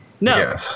No